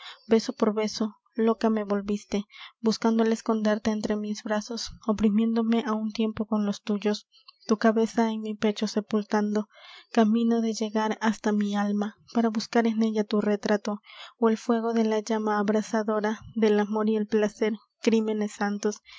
beso por beso loca me volviste buscando al esconderte entre mis brazos oprimiéndome á un tiempo con los tuyos tu cabeza en mi pecho sepultando camino de llegar hasta mi alma para buscar en ella tu retrato ó el fuego de la llama abrasadora del amor y el placer crímenes santos